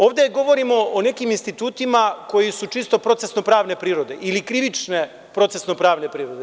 Ovde govorimo o nekim institutima koji su čisto procesno-pravne prirode ili krivične procesno-pravne prirode.